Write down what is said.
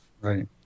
Right